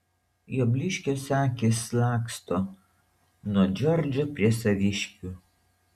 jo blyškios akys laksto nuo džordžo prie saviškių